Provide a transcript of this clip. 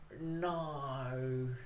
No